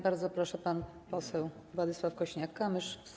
Bardzo proszę, pan poseł Władysław Kosiniak-Kamysz.